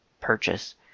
purchase